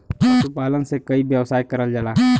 पशुपालन से कई व्यवसाय करल जाला